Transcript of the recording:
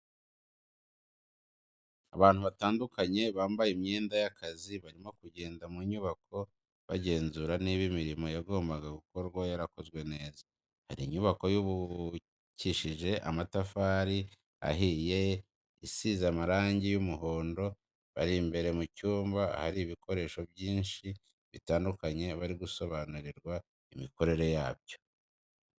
Abantu batandukanye bambaye imyenda y'akazi barimo kugenda mu nyubako bagenzura niba imirimo yagombaga gukorwa yarakozwe neza, hari inyubako yubakishije amatafari ahiye isize amarangi y'umuhondo, bari imbere mu cyumba ahari ibikoresho byinshi bitandukanye bari gusobanurirwa imikorere yabyo.